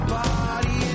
body